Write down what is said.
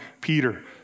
Peter